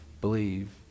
believe